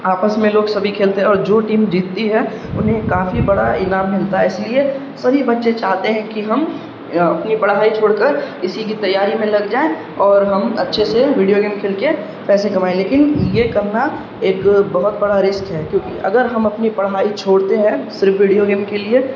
آپس میں لوگ سبھی کھیلتے ہیں اور جو ٹیم جیتتی ہے انہیں کافی بڑا انعام ملتا ہے اس لیے سبھی بچے چاہتے ہیں کہ ہم اپنی پڑھائی چھوڑ کر اسی کی تیاری میں لگ جائیں اور ہم اچھے سے ویڈیو گیم کھیل کے پیسے کمائیں لیکن یہ کرنا ایک بہت بڑا رسک ہے کیونکہ اگر ہم اپنی پڑھائی چھوڑتے ہیں صرف ویڈیو گیم کے لیے